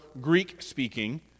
Greek-speaking